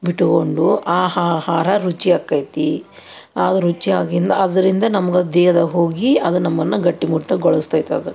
ಬಿಟ್ಕೊಂಡು ಆ ಆಹಾರ ರುಚಿಯಾಕ್ಕೈತಿ ಆದು ರುಚಿಯಾಗಿಂದು ಅದರಿಂದ ನಮ್ಗೆ ದೇಹದಾಗ ಹೋಗಿ ಅದು ನಮ್ಮನ್ನು ಗಟ್ಟಿಮುಟ್ಟುಗೊಳಿಸ್ತೈತಿ ಅದು